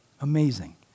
amazing